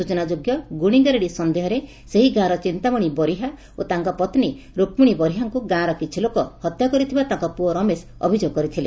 ସୂଚନା ଯୋଗ୍ୟ ଗୁଶିଗାରେଡି ସନ୍ଦେହରେ ସେହି ଗାଁର ଚିନ୍ତାମଣି ବରିହା ଓ ତାଙ୍କ ପତ୍ନୀ ରୁକ୍କଶୀ ବରିହାଙ୍କୁ ଗାଁର କିଛି ଲୋକ ହତ୍ୟା କରିଥିବା ତାଙ୍କ ପୁଅ ରମେଶ ଅଭିଯୋଗ କରିଥିଲେ